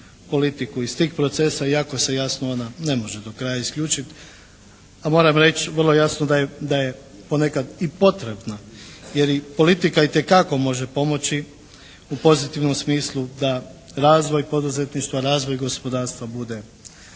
politiku iz tih procesa, iako se jasno ne može ona do kraja isključiti. A moram reći vrlo jasno da je ponekad i potrebna. Jer i politika itekako može pomoći u pozitivnom smislu da razvoj poduzetništva, razvoj gospodarstva bude